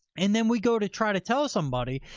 and then we go to try to tell somebody,